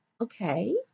Okay